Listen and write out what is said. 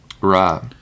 Right